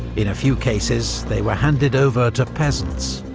in a few cases, they were handed over to peasants,